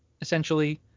essentially